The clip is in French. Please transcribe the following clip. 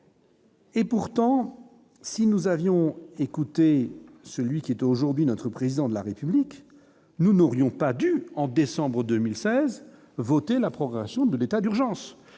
Et pourtant, si nous avions écouté, celui qui est aujourd'hui notre président de la République, nous n'aurions pas dû en décembre 2016 votez la progression de l'état d'urgence,